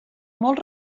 molt